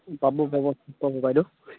পাব পাব পাব বাইদেউ